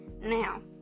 Now